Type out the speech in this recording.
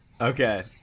Okay